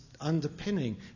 underpinning